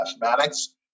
mathematics